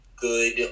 Good